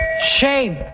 shame